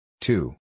two